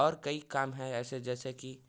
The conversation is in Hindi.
और कई काम है ऐसे जैसे कि